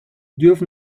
dürfen